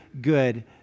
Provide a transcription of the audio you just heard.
good